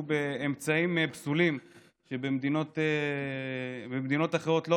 באמצעים פסולים שבמדינות אחרות לא